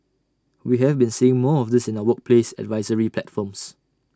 we have been seeing more of this in our workplace advisory platforms